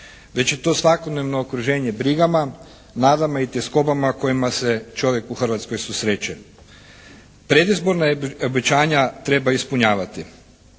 već je to svakodnevno okruženje brigama, nadama i tjeskobama kojima se čovjek u Hrvatskoj susreće. Predizborna obećanje treba ispunjavati,